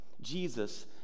Jesus